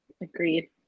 Agreed